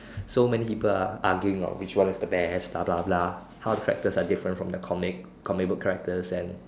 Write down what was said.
so many people are arguing of which one is the best blah blah blah how the characters are different from the comic comic book characters and